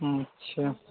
अच्छा